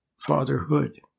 fatherhood